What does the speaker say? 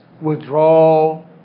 withdrawal